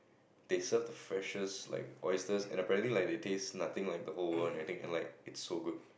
they serve the freshest like oysters and apparently like they taste nothing like the whole world and everything and like it's so good